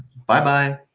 bye bye.